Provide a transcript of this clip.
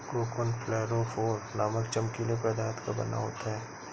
cocoon fluorophore नामक चमकीले पदार्थ का बना होता है